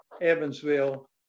Evansville